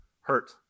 hurt